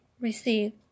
receive